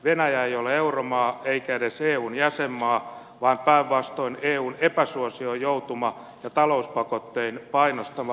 venäjä ei ole euromaa eikä edes eun jäsenmaa vaan päinvastoin eun epäsuosioon joutuma ja talouspakottein painostama ulkovalta